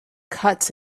cuts